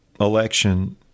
election